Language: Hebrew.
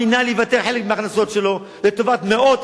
המינהל יוותר על חלק מההכנסות שלו לטובת מאות,